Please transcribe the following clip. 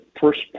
first